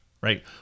right